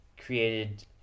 created